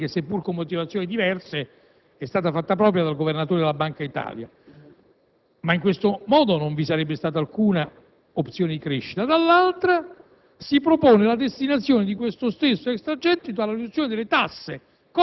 chiedeva di destinare l'intero extragettito in riduzione del debito, posizione che, seppur con motivazioni diverse, è stata fatta propria dal Governatore della Banca d'Italia, anche se in questo modo non vi sarebbe stata alcuna opzione di crescita. Dall'altra